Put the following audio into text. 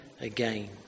again